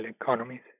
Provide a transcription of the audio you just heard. economies